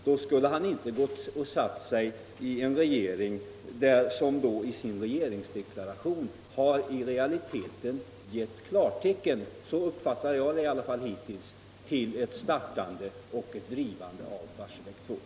Då skulle han inte ha gått och satt sig i den regering som i sin regeringsdeklaration i realiteten givit klartecken — så uppfattar jag det i alla fall hittills — till ett startande och ett drivande av Barsebäck 2.